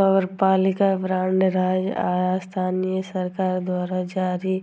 नगरपालिका बांड राज्य आ स्थानीय सरकार द्वारा जारी